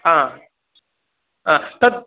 तत्